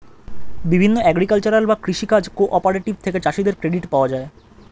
বিভিন্ন এগ্রিকালচারাল বা কৃষি কাজ কোঅপারেটিভ থেকে চাষীদের ক্রেডিট পাওয়া যায়